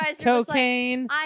Cocaine